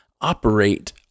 operate